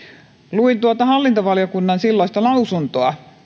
luin hallintovaliokunnan silloista lausuntoa